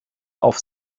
auf